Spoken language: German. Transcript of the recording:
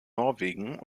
norwegen